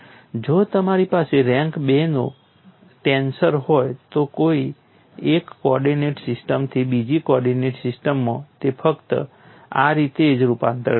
જો તમારી પાસે રેન્ક બે નો ટેન્સર હોય તો એક કોર્ડિનેટ સિસ્ટમથી બીજી કોર્ડિનેટ સિસ્ટમમાં તે ફક્ત આ રીતે જ રૂપાંતરિત થશે